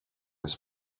his